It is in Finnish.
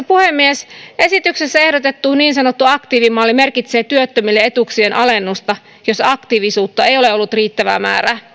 puhemies esityksessä ehdotettu niin sanottu aktiivimalli merkitsee työttömille etuuksien alennusta jos aktiivisuutta ei ole ollut riittävää määrää